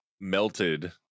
melted